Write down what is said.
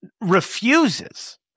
refuses